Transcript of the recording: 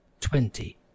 Twenty